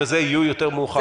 יהיו יותר מאוחר.